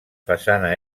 façana